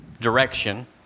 direction